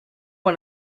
one